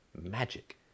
magic